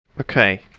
Okay